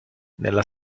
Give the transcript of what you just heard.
nella